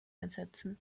einsetzen